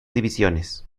divisiones